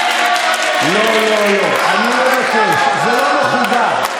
לא לא לא, אני מבקש, זה לא מכובד.